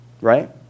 right